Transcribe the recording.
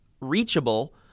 reachable